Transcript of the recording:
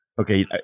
Okay